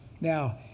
Now